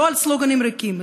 לא על סלוגנים ריקים,